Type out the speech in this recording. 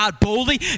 Boldly